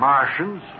Martians